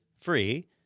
free